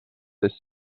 they